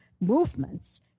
movements